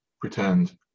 pretend